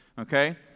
Okay